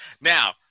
Now